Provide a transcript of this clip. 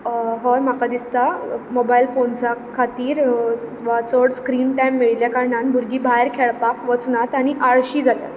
हय म्हाका दिसता मोबायल फोन्सां खातीरच वा चड स्क्रीन टायम मेळिल्ल्या कारणान भुरगीं भायर खेळपाक वचनात आनी आळशीं जातात